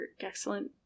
excellent